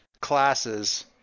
classes